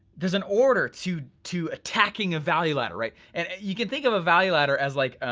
there's an order to to attacking a value ladder, right? and you can think of a value ladder as like,